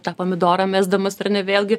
tą pomidorą mesdamas ar ne vėlgi